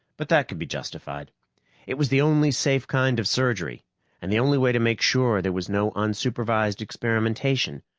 but that could be justified it was the only safe kind of surgery and the only way to make sure there was no unsupervised experimentation,